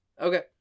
Okay